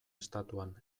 estatuan